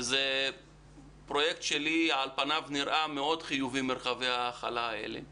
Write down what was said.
ועל פניו פרויקט מרחבי ההכלה האלה נראה לי מאוד חיובי.